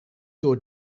door